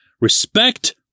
Respect